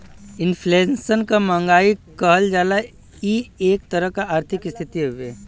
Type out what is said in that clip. inflation क महंगाई कहल जाला इ एक तरह क आर्थिक स्थिति हउवे